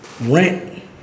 rent